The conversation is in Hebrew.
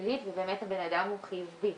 שלילית ובאמת הבן אדם הוא חיובי,